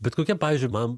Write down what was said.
bet kokia pavyzdžiui man